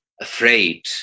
afraid